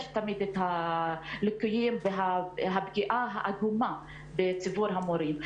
יש תמיד ליקויים ופגיעה עגומה בציבור המורים.